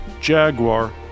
Jaguar